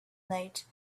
night